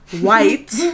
white